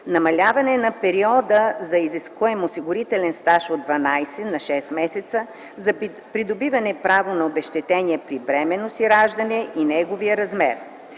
намаляване на периода за изискуем осигурителен стаж от 12 на 6 месеца за придобиване право на обезщетение при бременност и раждане и неговия размер;